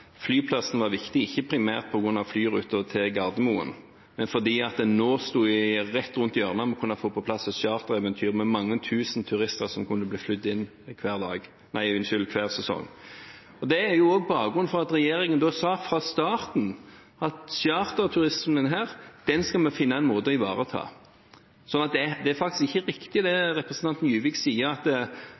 flyplassen var viktig ikke primært på grunn av flyruter til Gardermoen, men fordi en nå – rett rundt hjørnet – kunne få på plass et chartereventyr der mange tusen turister kunne bli flydd inn hver sesong. Og det er jo bakgrunnen for at regjeringen fra starten sa at denne charterturismen, den skal vi finne en måte for å ivareta. Så det er faktisk ikke riktig det som representanten Juvik sier, at